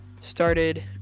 started